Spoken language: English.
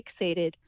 fixated